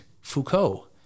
Foucault